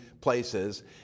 places